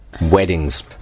weddings